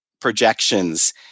projections